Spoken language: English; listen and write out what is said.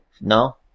No